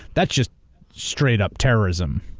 that's just straight up terrorism,